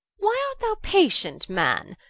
why art thou patient, man?